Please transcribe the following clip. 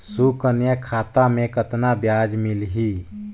सुकन्या खाता मे कतना ब्याज मिलही?